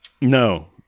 No